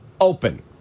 open